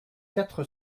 quatre